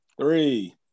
three